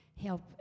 help